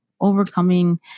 overcoming